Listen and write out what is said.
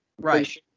Right